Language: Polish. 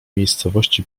miejscowości